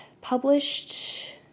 Published